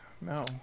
No